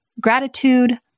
gratitude